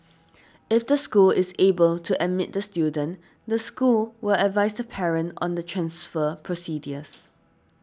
if the school is able to admit the student the school will advise the parent on the transfer procedures